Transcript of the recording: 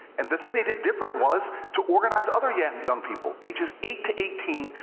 and the thing they did different was to organize other yeah young people, ages eight to eighteen,